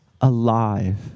alive